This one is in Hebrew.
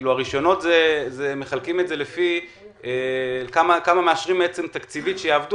את הרישיונות מחלקים לפי האישורים שניתנים לעבודה,